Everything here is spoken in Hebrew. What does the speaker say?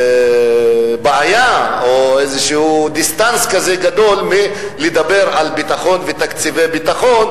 איזו בעיה או איזה דיסטנס כזה גדול מלדבר על ביטחון ותקציבי ביטחון,